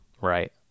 Right